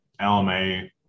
LMA